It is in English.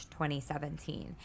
2017